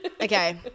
okay